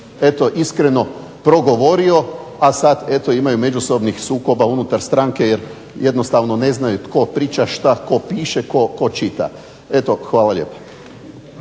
eto iskreno progovorio pa sad eto imaju međusobnih sukoba unutar stranke jer jednostavno ne znaju tko priča što, tko piše, tko čita. Hvala lijepa.